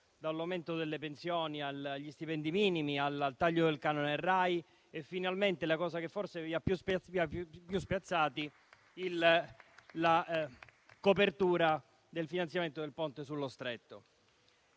dall'aumento delle pensioni agli stipendi minimi, al taglio del canone Rai e finalmente - la cosa che forse vi ha più spiazzati - la copertura del finanziamento del ponte sullo Stretto.